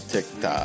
TikTok